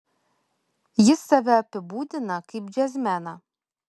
jis save apibūdina kaip džiazmeną